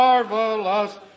Marvelous